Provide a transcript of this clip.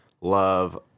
love –